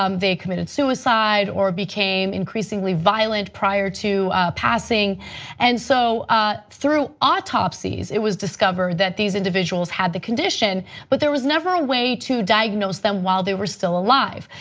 um they committed suicide or became increasingly violent prior to passing and so through autopsies it was discovered that these individuals had the condition but there was never a way to diagnose them while they were still alive.